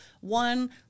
One